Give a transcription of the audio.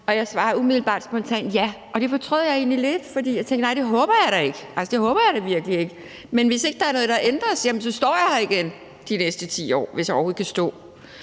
Og jeg svarede umiddelbart spontant ja, og det fortrød jeg egentlig lidt, fordi jeg tænkte: Det håber jeg da ikke. Det håber jeg da virkelig ikke, men hvis der ikke er noget, der ændres, så står jeg her igen de næste 10 år, hvis jeg overhovedet kan stå.